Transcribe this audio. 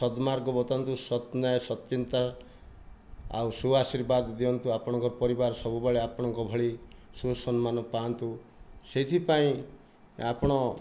ସଦମାର୍ଗ ବତାନ୍ତୁ ସତ ନେ ସତ୍ ଚିନ୍ତା ଆଉ ସୁଆଶିର୍ବାଦ ଦିଅନ୍ତୁ ଆପଣଙ୍କ ପରିବାର ସବୁବେଳେ ଆପଣଙ୍କ ଭଳି ସୁସମ୍ମାନ ପାଆନ୍ତୁ ସେଥିପାଇଁ ଆପଣ